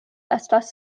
estas